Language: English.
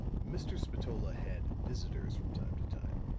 mr. spatola had visitors from time to time,